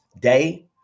day